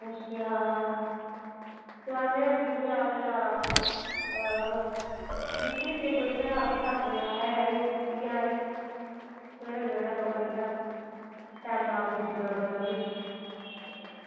अच्छा सनाने आं तुसेंगी फ्ही अस जाना कोई अ अ निकली जाह्गे कोई घरा फ्ही सत्त बजे हारे इ'यां हैनी सबेरे सबेरे थोह्ड़ा इ'यां टैमें दा पुज्जी जंदा बंदा फ्ही